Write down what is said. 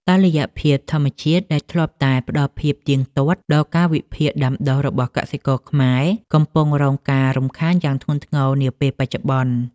តុល្យភាពធម្មជាតិដែលធ្លាប់តែផ្ដល់ភាពទៀងទាត់ដល់កាលវិភាគដាំដុះរបស់កសិករខ្មែរ កំពុងរងការរំខានយ៉ាងធ្ងន់ធ្ងរនាពេលបច្ចុប្បន្ន។